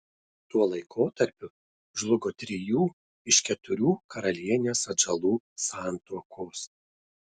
tuo laikotarpiu žlugo trijų iš keturių karalienės atžalų santuokos